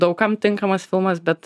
daug kam tinkamas filmas bet